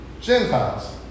Gentiles